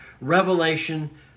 revelation